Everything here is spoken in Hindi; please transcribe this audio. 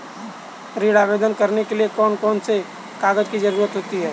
ऋण आवेदन करने के लिए कौन कौन से कागजों की जरूरत होती है?